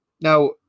Now